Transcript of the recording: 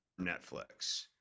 netflix